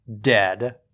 Dead